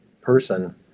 person